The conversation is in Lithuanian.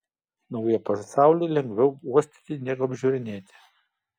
naują pasaulį lengviau uostyti negu apžiūrinėti